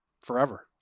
forever